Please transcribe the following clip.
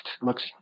looks